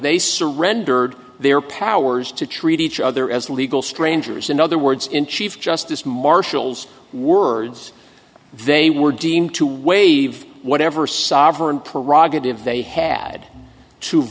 they surrendered their powers to treat each other as legal strangers in other words in chief justice marshall's words they were deemed to waive whatever sovereign parag if they had to